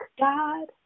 God